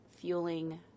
fueling